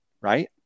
right